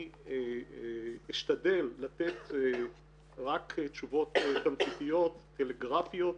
אני אשתדל לתת רק תשובות תמציתיות, טלגרפיות,